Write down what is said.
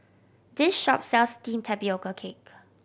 this shop sells steamed tapioca cake